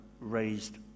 raised